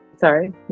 Sorry